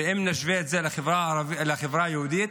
אם נשווה את זה לחברה היהודית,